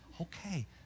okay